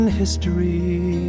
history